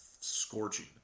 scorching